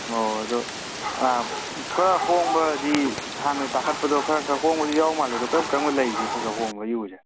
ꯑꯣ ꯑꯗꯨ ꯈꯔ ꯍꯣꯡꯕꯗꯤ ꯍꯥꯟꯅ ꯇꯥꯡꯈꯠꯄꯗꯣ ꯈꯔ ꯈꯔ ꯍꯣꯡꯕꯁꯨ ꯌꯥꯎ ꯃꯥꯜꯂꯦ ꯑꯗꯣ ꯀꯔꯝ ꯀꯔꯝꯕ ꯂꯩꯒꯦ ꯈꯔ ꯈꯔ ꯍꯣꯡꯕ ꯌꯨꯁꯦ